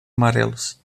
amarelos